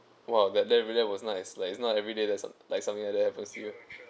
!wow! that that really was nice like it's not everyday there's like something like that I feel